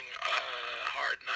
hard